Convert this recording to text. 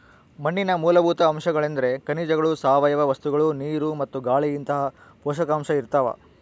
ಮಣ್ಣಿನ ಮೂಲಭೂತ ಅಂಶಗಳೆಂದ್ರೆ ಖನಿಜಗಳು ಸಾವಯವ ವಸ್ತುಗಳು ನೀರು ಮತ್ತು ಗಾಳಿಇಂತಹ ಪೋಷಕಾಂಶ ಇರ್ತಾವ